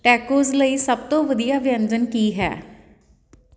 tacos ਲਈ ਸਭ ਤੋਂ ਵਧੀਆ ਵਿਅੰਜਨ ਕੀ ਹੈ